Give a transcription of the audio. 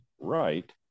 right